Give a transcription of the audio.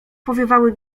powiewały